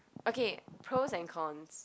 okay pros and cons